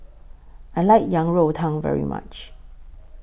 I like Yang Rou Tang very much